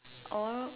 or